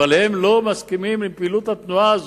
אבל הם לא מסכימים עם פעילות התנועה הזאת.